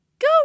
Go